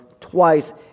twice